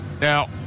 Now